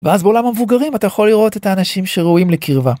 ואז בעולם המבוגרים אתה יכול לראות את האנשים שראויים לקרבה.